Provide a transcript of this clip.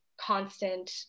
constant